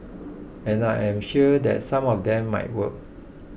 and I am sure that some of them might work